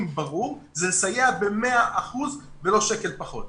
ברור והוא לסייע ב-100 אחוזים ולא שקל פחות.